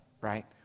right